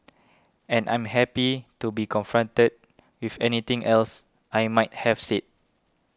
and I'm happy to be confronted with anything else I might have said